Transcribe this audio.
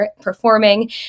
Performing